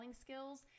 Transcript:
skills